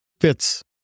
fits